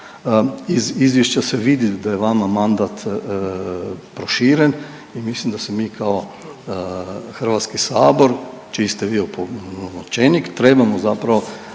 Iz izvješća se vidi da je vama mandat proširen i mislim da se mi kao Hrvatski sabor čiji ste vi opunomoćenik trebamo zapravo